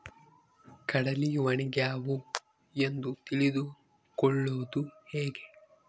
ಕಡಲಿ ಒಣಗ್ಯಾವು ಎಂದು ತಿಳಿದು ಕೊಳ್ಳೋದು ಹೇಗೆ?